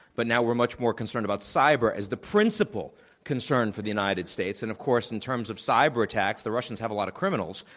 but now we're much more concerned about cyber as the principal concern for the united states. and, of course, in terms of cyber attacks, the russians have a lot of criminals.